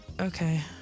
okay